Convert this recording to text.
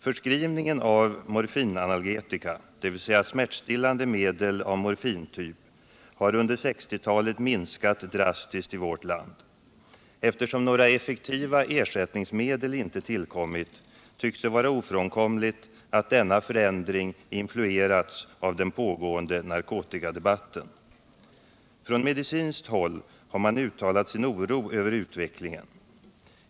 Förskrivningen av morfinanalgetika, dvs. smärtstillande medel av morfintyp, har under 1960-talet minskat drastiskt i vårt land. Eftersom några effektiva ersättningsmedel inte tillkommit tycks det vara ofrånkomligt att denna förändring influerats av den pågående narkotikadebatten. Från medicinskt håll har man uttalat sin oro över utvecklingen.